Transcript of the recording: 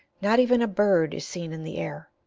not even a bird is seen in the air.